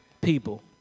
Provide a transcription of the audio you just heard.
people